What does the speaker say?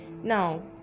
Now